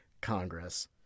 Congress